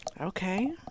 Okay